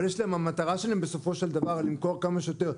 אבל המטרה שלהם בסופו של דבר היא למכור כמה שיותר,